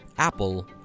Apple